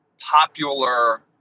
popular